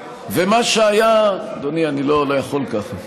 ומה שהיה, אדוני, אני לא יכול ככה.